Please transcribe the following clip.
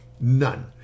none